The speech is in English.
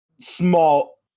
small